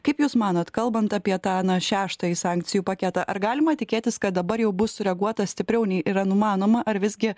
kaip jūs manot kalbant apie tą na šeštąjį sankcijų paketą ar galima tikėtis kad dabar jau bus sureaguota stipriau nei yra numanoma ar visgi